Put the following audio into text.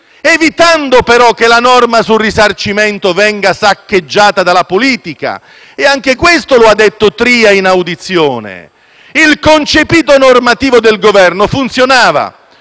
evitando, però, che la norma sul risarcimento venga saccheggiata dalla politica. Anche questo è stato detto dal ministro Tria in audizione. Il concepito normativo del Governo funzionava;